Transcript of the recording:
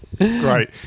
Great